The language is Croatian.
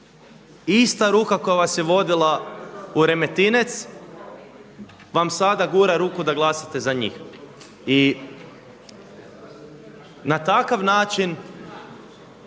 ista ruka koja vas je vodila u Remetinec vam sada gura ruku da glasate za njih. I na takav način